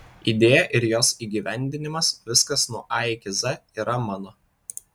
idėja ir jos įgyvendinimas viskas nuo a iki z yra mano